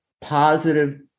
positive